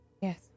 yes